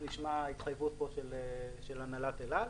אז נשמע התחייבות פה של הנהלת אל על.